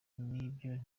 n’ibyo